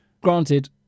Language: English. Granted